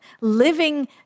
living